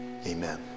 amen